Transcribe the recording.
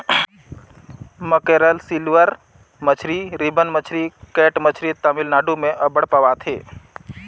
mackerel, silver मछरी, ribbon मछरी, cat मछरी तमिलनाडु में अब्बड़ पवाथे